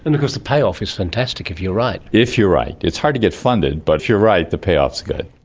and of course the payoff is fantastic if you're right. if you're right. it's hard to get funded, but if you're right the payoff's good.